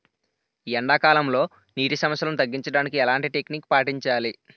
ఎండా కాలంలో, నీటి సమస్యలను తగ్గించడానికి ఎలాంటి టెక్నిక్ పాటించాలి?